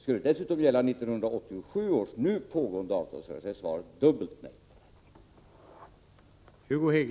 Skulle den dessutom gälla 1987 års, nu pågående avtalsrörelse är svaret dubbelt nej.